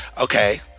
okay